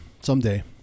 Someday